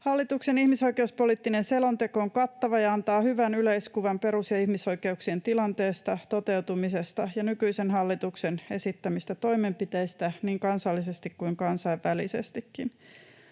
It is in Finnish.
Hallituksen ihmisoikeuspoliittinen selonteko on kattava ja antaa hyvän yleiskuvan perus‑ ja ihmisoikeuksien tilanteesta ja toteutumisesta ja nykyisen hallituksen esittämistä toimenpiteistä niin kansallisesti kuin kansainvälisestikin.